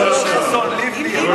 לא חסון, לבני.